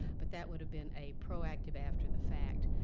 but that would have been a proactive after the fact.